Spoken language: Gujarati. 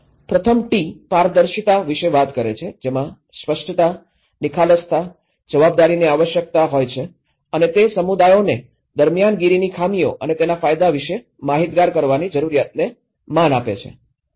પ્રથમ ટી પારદર્શિતા વિશે વાત કરે છે જેમાં સ્પષ્ટતા નિખાલસતા જવાબદારીની આવશ્યકતા હોય છે અને તે સમુદાયોને દરમિયાનગીરીઓની ખામીઓ અને તેના ફાયદા વિશે માહિતગાર કરવાની જરૂરિયાતને માન આપે છે